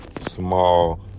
small